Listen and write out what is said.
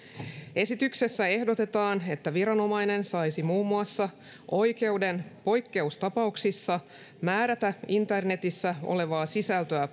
esityksessä ehdotetaan että viranomainen saisi muun muassa oikeuden poikkeustapauksissa määrätä internetissä olevaa sisältöä